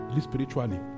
spiritually